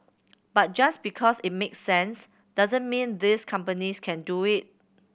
but just because it makes sense doesn't mean these companies can do it